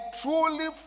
truly